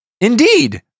Indeed